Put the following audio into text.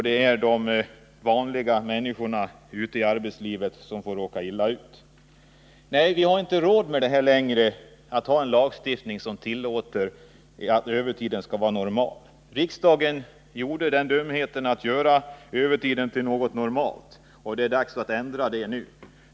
Det är de vanliga människorna ute i arbetslivet som råkar illa ut. Nej, vi har inte råd längre att ha en lagstiftning, som tillåter att övertid betraktas såsom något normalt. Riksdagen gjorde den dumheten att göra övertid till någonting normalt. Det är nu dags att ändra på den saken.